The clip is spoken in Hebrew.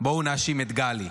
בואו נאשים את גלי.